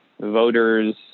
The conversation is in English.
voters